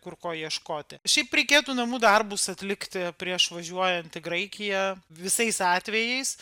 kur ko ieškoti šiaip reikėtų namų darbus atlikti prieš važiuojant į graikiją visais atvejais